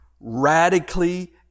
radically